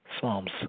Psalms